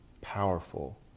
Powerful